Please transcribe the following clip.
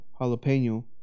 jalapeno